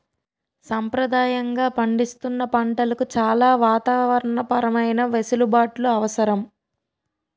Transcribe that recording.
సంప్రదాయంగా పండిస్తున్న పంటలకు చాలా వాతావరణ పరమైన వెసులుబాట్లు అవసరం